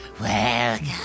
Welcome